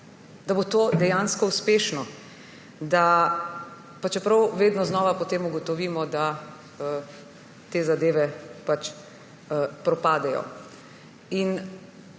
da bo to dejansko uspešno, pa čeprav vedno znova potem ugotovimo, da te zadeve propadejo.